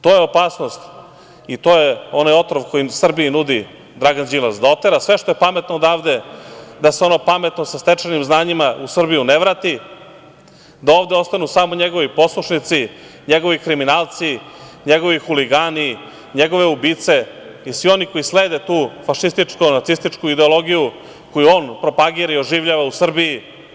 To je opasnost i to je onaj otrov koji Srbiji nudi Dragan Đilas, da otera sve što je pametno odavde, da se ono pametno sa stečenim znanjima u Srbiju ne vrati, da ovde ostanu samo njegovi poslušnici, njegovi kriminalci, njegovi huligani, njegove ubice i svi oni koji slede tu fašističko-nacističku ideologiju koju on propagira i oživljava u Srbiji.